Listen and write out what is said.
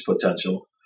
potential